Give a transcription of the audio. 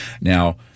Now